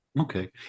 Okay